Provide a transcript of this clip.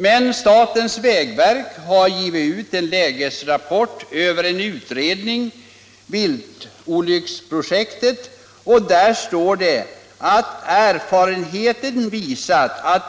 Men statens vägverk har gett ut en lägesrapport ur en utredning — viltolycksprojektet — och där står det att erfarenheten visat att